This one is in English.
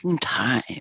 time